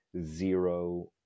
zero